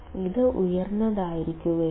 ഇത് ഉയർന്നതായിരിക്കണോ